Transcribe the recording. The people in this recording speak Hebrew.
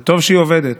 וטוב שהיא עובדת,